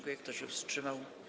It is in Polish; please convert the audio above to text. Kto się wstrzymał?